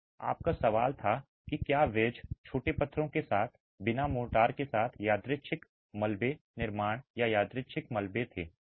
आपका सवाल था कि क्या वेज छोटे पत्थरों के साथ या बिना मोर्टार के साथ यादृच्छिक मलबे निर्माण या यादृच्छिक मलबे थे